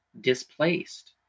displaced